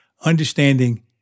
understanding